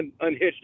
unhitched